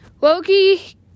Loki